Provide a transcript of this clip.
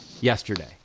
yesterday